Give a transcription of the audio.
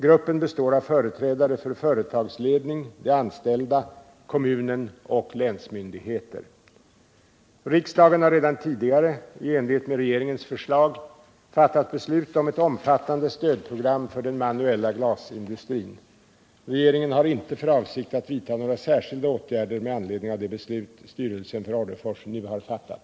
Gruppen består av företrädare för företagsledning, de anställda, kommunen och länsmyndigheter. Riksdagen har redan tidigare i enlighet med regeringens förslag fattat beslut om ett omfattande stödprogram för den manuella glasindustrin. Regeringen har inte för avsikt att vidta några särskilda åtgärder med anledning av det beslut styrelsen för Orrefors nu har fattat.